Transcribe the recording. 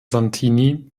santini